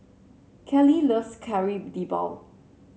Kallie loves Kari Debal